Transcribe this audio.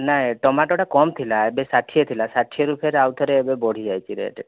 ନାଇଁ ଟମାଟୋ ଟା କମ୍ ଥିଲା ଏବେ ଷାଠିଏ ଥିଲା ଷାଠିଏ ରୁ ଫେର୍ ଆଉ ଥରେ ବଢିଯାଇଛି ରେଟ୍ ଟା